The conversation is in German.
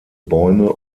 bäume